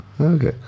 Okay